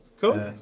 Cool